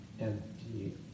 empty